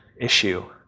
issue